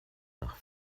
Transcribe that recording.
nach